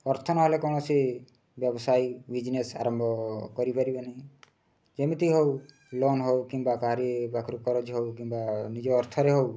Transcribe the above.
ଅର୍ଥ ନହେଲେ କୌଣସି ବ୍ୟବସାୟୀ ବିଜ୍ନେସ୍ ଆରମ୍ଭ କରିପାରିବେ ନାହିଁ ଯେମିତି ହେଉ ଲୋନ୍ ହେଉ କିମ୍ବା କାହାରି ପାଖରୁ କରଜ ହେଉ କିମ୍ବା ନିଜ ଅର୍ଥରେ ହେଉ